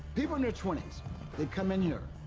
people in their twenty they come in here,